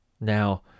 now